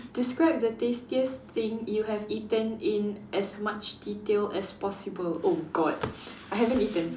describe the tastiest thing you have eaten in as much detail as possible oh god I haven't eaten